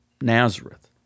Nazareth